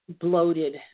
bloated